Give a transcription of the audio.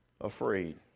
afraid